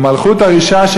ומלכות הרשעה,